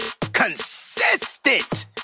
Consistent